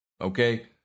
Okay